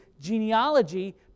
genealogy